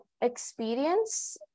Experience